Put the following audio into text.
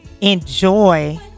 enjoy